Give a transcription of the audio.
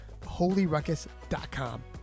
holyruckus.com